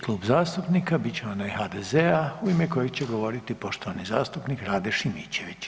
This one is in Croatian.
Klub zastupnika bit će onaj HDZ-a u ime kojeg će govoriti poštovani zastupnik Rade Šimičević.